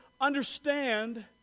understand